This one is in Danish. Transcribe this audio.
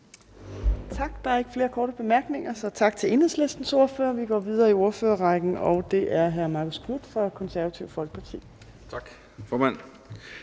Tak. Der er ikke flere korte bemærkninger, så tak til Enhedslistens ordfører. Vi går videre i ordførerrækken, og det er hr. Marcus Knuth fra Det Konservative Folkeparti. Kl. 14:15